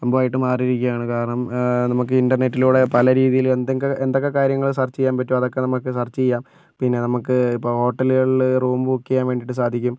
സംഭവമായിട്ട് മാറിയിരിക്കുകയാണ് കാരണം നമുക്ക് ഇൻറർനെറ്റിലൂടെ പലരീതിയിൽ എന്തൊക്കെ എന്തൊക്കെ കാര്യങ്ങള് സെർചെയ്യാൻ പറ്റുമൊ അതൊക്കെ നമുക്ക് സേർചെയ്യാം പിന്നെ നമുക്ക് ഇപ്പോൾ ഹോട്ടലുകളില് റൂമു ബുക്ക് ചെയ്യാൻ വേണ്ടീട്ട് സാധിക്കും